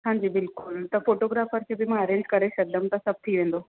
हांजी बिल्कुलु त फ़ोटोग्राफर जो बि मां अरेंज करे छॾिदमि त सभु थी वेंदो